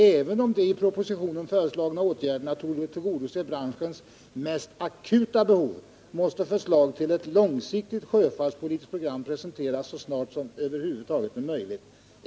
Även om de i propositionen föreslagna åtgärderna torde tillgodose branschens mest akuta behov måste förslag till ett långsiktigt sjöfartspolitiskt program presenteras så snart som över huvud taget är möjligt.